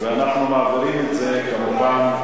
אנחנו מעבירים את זה, כמובן.